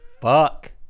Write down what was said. fuck